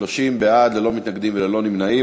30 בעד, ללא מתנגדים וללא נמנעים.